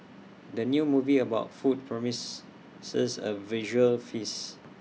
the new movie about food promise six A visual feast